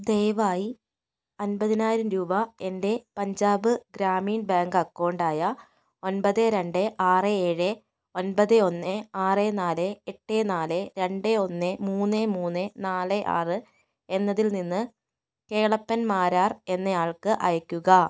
ദയവായി അൻപതിനായിരം രൂപ എൻ്റെ പഞ്ചാബ് ഗ്രാമീൺ ബാങ്ക് അക്കൗണ്ടായ ഒൻപത് രണ്ട് ആറ് ഏഴ് ഒൻപത് ഒന്ന് ആറ് നാല് എട്ട് നാല് രണ്ട് ഒന്ന് മൂന്ന് മൂന്ന് നാല് ആറ് എന്നതിൽ നിന്ന് കേളപ്പൻ മാരാർ എന്നയാൾക്ക് അയക്കുക